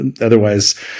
Otherwise